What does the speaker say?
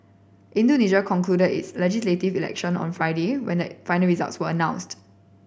Indonesia concluded its legislative election on Friday when the final results were announced